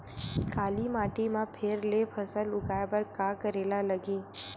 काली माटी म फेर ले फसल उगाए बर का करेला लगही?